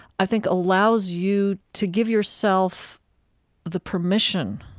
i think, allows you to give yourself the permission.